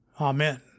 Amen